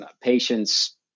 patients